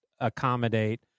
accommodate